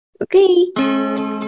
okay